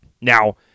Now